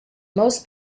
most